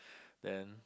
then